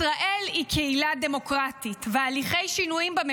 ישראל היא קהילייה דמוקרטית,